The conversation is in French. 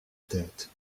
tête